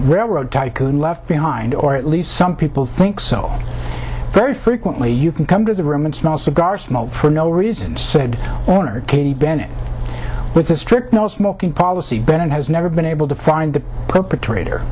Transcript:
railroad tycoon left behind or at least some people think so very frequently you can come to the room and small cigar smoke for no reason said katie bennett with a strict no smoking policy ben has never been able to find the perpetrator